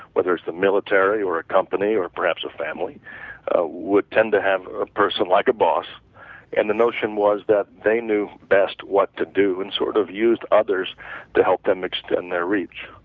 whether it's the military or a company or perhaps a family would tend to have a person like a boss and the notion was that they knew best what to do and sort of used others to help them extend their reach.